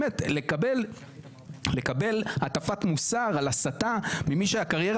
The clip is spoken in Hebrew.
לקבל הטפת מוסר על הסתה ממי שהקריירה